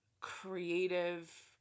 creative